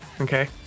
Okay